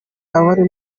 abari